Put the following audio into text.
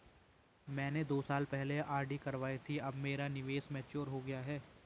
मैंने दो साल पहले आर.डी करवाई थी अब मेरा निवेश मैच्योर हो गया है